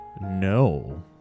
No